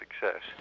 success